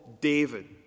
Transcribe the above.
David